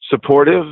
supportive